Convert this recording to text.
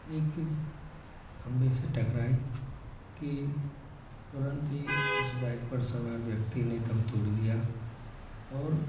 एक खंभे से टकराई कि तुरंत ही उस बाइक पर सवार व्यक्ति ने दम तोड़ दिया और